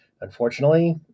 unfortunately